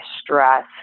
stress